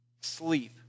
sleep